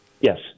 Yes